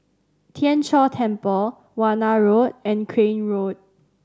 Tien Chor Temple Warna Road and Crane Road